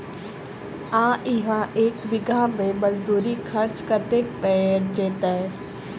आ इहा एक बीघा मे मजदूरी खर्च कतेक पएर जेतय?